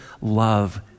love